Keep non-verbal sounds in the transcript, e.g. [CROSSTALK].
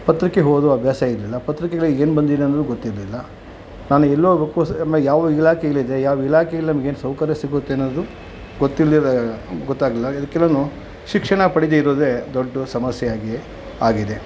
ಪತ್ರಿಕೆ ಓದೋ ಅಭ್ಯಾಸ ಇರಲಿಲ್ಲ ಪತ್ರಿಕೆಗಳಲ್ಲಿ ಏನು ಬಂದಿದೆ ಅನ್ನೋದು ಗೊತ್ತಿರಲಿಲ್ಲ ನಾನು ಎಲ್ಲೋಬೇಕು [UNINTELLIGIBLE] ಯಾವ ಇಲಾಖೆಯಲ್ಲಿ ಇದೆ ಯಾವ ಇಲಾಖೆಯಲ್ಲಿ ನಮ್ಗೆ ಏನು ಸೌಕರ್ಯ ಸಿಗುತ್ತೆ ಅನ್ನೋದು ಗೊತ್ತಿಲ್ಲದೇ ಗೊತ್ತಾಗಲಿಲ್ಲ ಇದಕ್ಕೆಲ್ಲನೂ ಶಿಕ್ಷಣ ಪಡೀದೇ ಇರೋದೇ ದೊಡ್ಡ ಸಮಸ್ಯೆ ಆಗಿಯೇ ಆಗಿದೆ